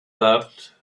that